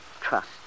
trust